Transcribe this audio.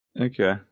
okay